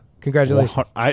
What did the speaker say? Congratulations